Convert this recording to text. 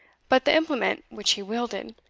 but the implement which he wielded,